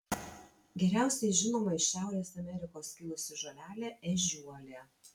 geriausiai žinoma iš šiaurės amerikos kilusi žolelė ežiuolė